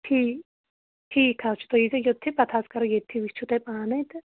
ٹھی ٹھیٖک حظ چھُ تُہۍ ییٖزیو یوٚتھٕے پتہٕ حظ کَرو ییٚتھی وٕچھِو تُہۍ پانَے تہٕ